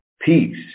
Peace